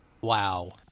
Wow